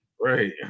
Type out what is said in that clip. Right